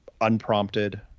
unprompted